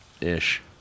ish